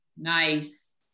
nice